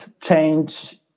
change